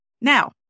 Now